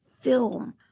film